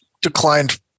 declined